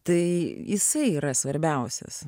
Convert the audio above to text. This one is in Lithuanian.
tai jisai yra svarbiausias